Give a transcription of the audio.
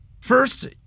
First